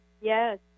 Yes